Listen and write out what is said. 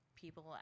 people